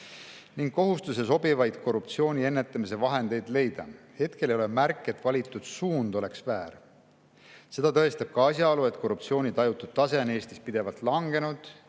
ning kohustuse sobivaid korruptsiooni ennetamise vahendeid leida. Hetkel ei ole märke, et valitud suund oleks väär. Seda tõestab ka asjaolu, et korruptsiooni tajutav tase on Eestis pidevalt langenud.